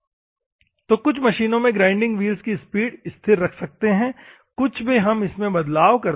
तो कुछ मशीनों में ग्राइंडिंग व्हील्स की स्पीड स्थिर रख सकते हैं कुछ में हम इसमें बदलाव करते है